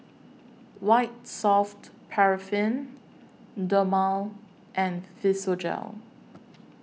White Soft Paraffin Dermale and Physiogel